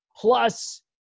plus